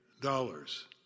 dollars